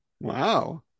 Wow